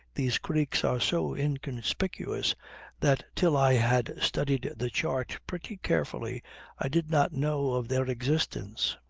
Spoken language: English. these creeks are so inconspicuous that till i had studied the chart pretty carefully i did not know of their existence.